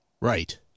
Right